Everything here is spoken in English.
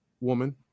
woman